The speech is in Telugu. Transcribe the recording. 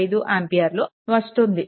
5 ఆంపియర్లు వస్తుంది